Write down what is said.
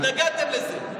התנגדתם לזה.